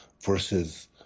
versus